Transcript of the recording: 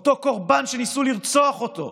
אותו קורבן שניסו לרצוח אותו,